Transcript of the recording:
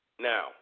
Now